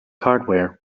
hardware